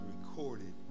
recorded